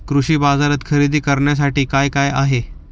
कृषी बाजारात खरेदी करण्यासाठी काय काय आहे?